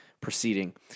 proceeding